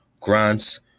grants